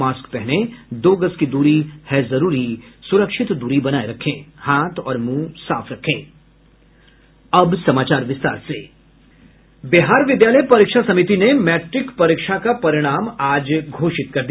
mask पहनें दो गज दूरी है जरूरी सुरक्षित दूरी बनाये रखें हाथ और मुंह साफ रखें अब समाचार विस्तार से बिहार विद्यालय परीक्षा समिति ने मैट्रिक परीक्षा का परिणाम आज घोषित कर दिया